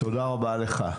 תודה רבה לך.